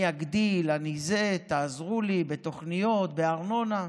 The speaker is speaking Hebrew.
אני אגדיל, אני זה, תעזרו לי בתוכניות, בארנונה.